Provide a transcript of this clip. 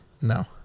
No